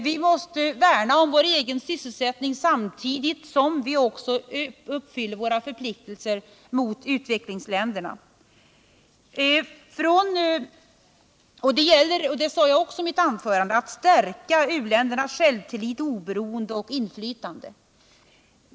Vi måste värna om vår egen sysselsättning samtidigt som vi uppfyller våra förpliktelser mot utvecklingsländerna. Det gäller att stärka u-ländernas självtillit, oberoende och inflytande.